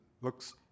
looks